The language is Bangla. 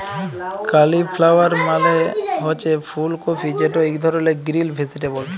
কালিফ্লাওয়ার মালে হছে ফুল কফি যেট ইক ধরলের গ্রিল ভেজিটেবল